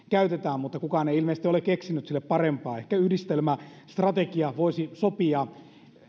käytetään mutta kukaan ei ilmeisesti ole keksinyt sille parempaa sanaa ehkä yhdistelmästrategia voisi sopia